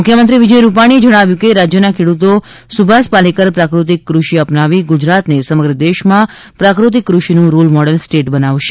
મુખ્યમંત્રી શ્રી વિજય રૂપાણીએ જણાવ્યું હતું કે રાજ્યના ખેડૂતો સુભાષ પાલેકર પ્રાકૃતિક કૃષિ અપનાવી ગુજરાતને સમગ્ર દેશમાં પ્રાકૃતિક કૃષિનું રોલ મોડલ સ્ટેટ બનાવશે